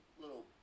little